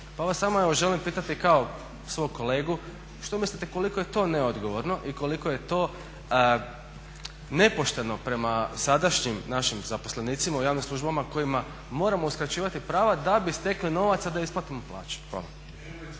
Pa vas samo evo želim pitati kao svog kolegu što mislite koliko je to neodgovorno i koliko je to nepošteno prema sadašnjim našim zaposlenicima u javnom službama kojima moramo uskraćivati prava da bi stekli novaca da isplatimo plaće?